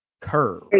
Curve